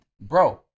bro